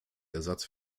ersatz